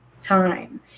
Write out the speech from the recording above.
time